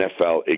NFL